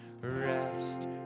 rest